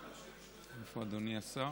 איפה אדוני השר?